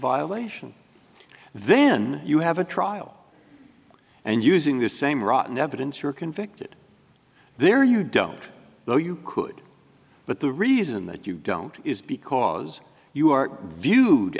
violation then you have a trial and using the same rotten evidence you're convicted there you don't know you could but the reason that you don't is because you are viewed